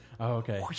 okay